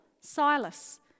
Silas